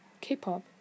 K-pop